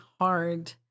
hard